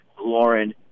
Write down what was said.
Lauren